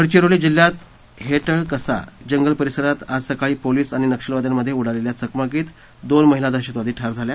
गडचिरोली जिल्ह्यात हेटळकसा जंगल परिसरात आज सकाळी पोलिस आणि नक्षलवाद्यांमध्ये उडालेल्या चकमकीत दोन महिला नक्षलवादी ठार झाल्या